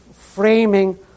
framing